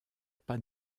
pas